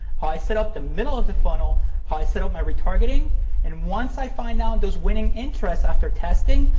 how i set up the middle of the funnel, how i set up my retargeting and once i find out those winning interests after testing,